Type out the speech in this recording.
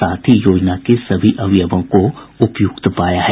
साथ ही योजना के सभी अवयवों को उपयुक्त पाया है